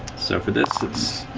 so for this, it's,